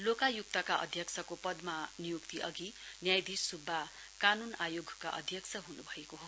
लोकायुक्तका अध्यक्षको पदमा नियुक्ती अधि न्यायधीश सुब्बा कानून आयोगका अध्यक्ष हुनुभएको हो